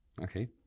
Okay